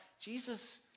Jesus